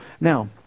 Now